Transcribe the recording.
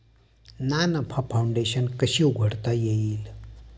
ना नफा फाउंडेशन कशी उघडता येईल?